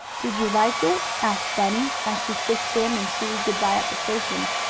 did you like it? asked bunny, as she kissed him and sue good-bye at the station.